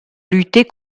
lutter